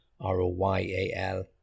r-o-y-a-l